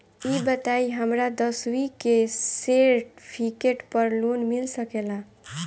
ई बताई हमरा दसवीं के सेर्टफिकेट पर लोन मिल सकेला?